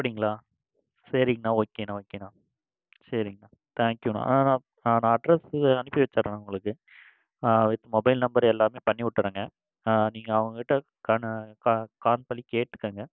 அப்படிங்களா சரிங்கண்ணா ஓகேண்ணா ஓகேண்ணா சரிங்கண்ணா தேங்க்யூண்ணா அண்ணா நான் அட்ரஸ்சு அனுப்பி வச்சிடுறேண்ணா உங்களுக்கு மொபைல் நம்பர் எல்லாமே பண்ணிவிட்றேங்க நீங்கள் அவங்கக்கிட்ட கான கா கால் பண்ணிக் கேட்டுக்கங்க